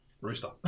Rooster